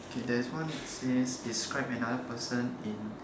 K there is one that says describe another person in